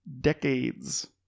decades